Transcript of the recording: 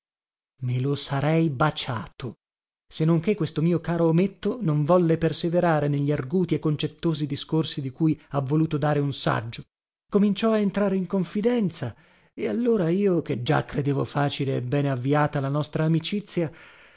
me lo sarei baciato se non che questo mio caro ometto non volle perseverare negli arguti e concettosi discorsi di cui ho voluto dare un saggio cominciò a entrare in confidenza e allora io che già credevo facile e bene avviata la nostra amicizia